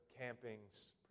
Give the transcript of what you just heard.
Camping's